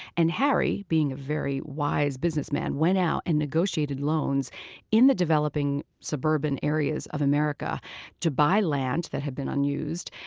and harry, being a very wise business man, went out and negotiated loans in the developing suburban areas of america to buy land that had been unused.